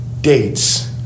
dates